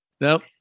nope